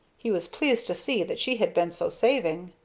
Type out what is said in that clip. he was pleased to see that she had been so saving.